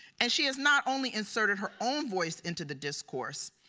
and she has not only inserted her own voice into the discourse,